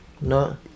No